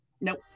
nope